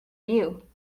you